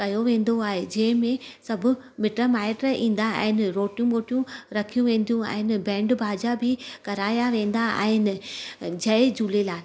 कयो वेंदो आहे जंहिंमें सभ मिटु माइटु ईंदा आहिनि रोटियूं मोटियूं रखियूं वेंदियूं आहिनि बैंड बाजा बि कराया वेंदा आहिनि जय झूलेलाल